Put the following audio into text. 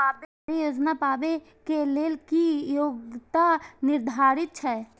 सरकारी योजना पाबे के लेल कि योग्यता निर्धारित छै?